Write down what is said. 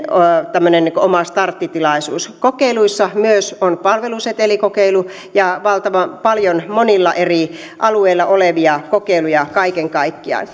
tämmöinen oma starttitilaisuus kokeiluissa on myös palvelusetelikokeilu ja valtavan paljon monilla eri alueilla olevia kokeiluja kaiken kaikkiaan